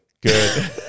good